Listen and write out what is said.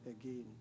again